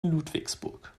ludwigsburg